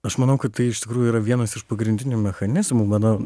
aš manau kad tai iš tikrųjų yra vienas iš pagrindinių mechanizmų mano